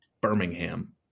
birmingham